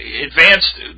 advanced